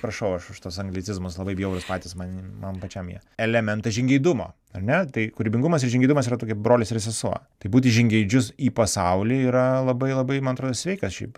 prašau aš už tuos anglicizmus labai bjaurūs patys man man pačiam jie elementas žingeidumo ar ne tai kūrybingumas ir žingeidumas yra tokie brolis ir sesuo tai būti žingeidžius į pasaulį yra labai labai man atrodo sveikas šiaip